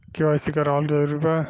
KYC करवावल जरूरी बा?